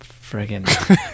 friggin